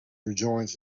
rejoins